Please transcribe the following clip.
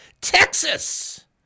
Texas